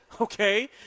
okay